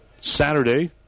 Saturday